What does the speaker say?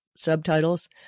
subtitles